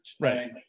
Right